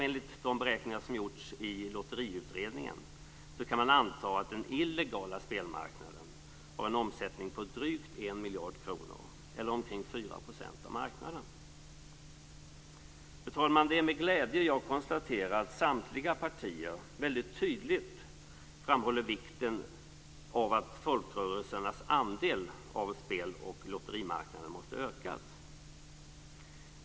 Enligt de beräkningar som gjorts i Lotteriutredningen kan man anta att den illegala spelmarknaden har en omsättning på drygt 1 miljard kronor, omkring Fru talman! Det är med glädje som jag konstaterar att samtliga partier väldigt tydligt framhåller vikten av att folkrörelsernas andel av spel och lotterimarknaden måste ökas.